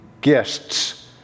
guests